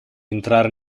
entrare